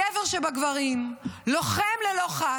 גבר שבגברים, לוחם ללא חת,